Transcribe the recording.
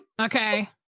okay